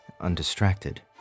undistracted